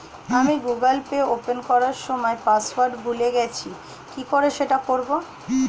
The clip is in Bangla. আমি গুগোল পে ওপেন করার সময় পাসওয়ার্ড ভুলে গেছি কি করে সেট করব?